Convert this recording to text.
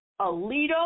Alito